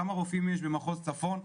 כמה רופאים יש במחוז צפון,